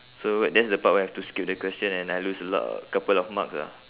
so that's the part where I have to skip the question and I lose a lot uh couple of marks ah